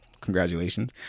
congratulations